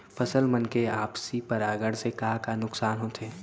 फसल मन के आपसी परागण से का का नुकसान होथे?